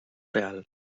real